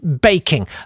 baking